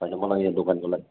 होइन मलाई यहाँ दोकानको लागि